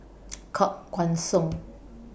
Koh Guan Song